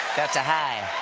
that's a high.